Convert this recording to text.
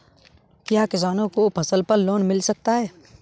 क्या किसानों को फसल पर लोन मिल सकता है?